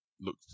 look